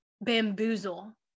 bamboozle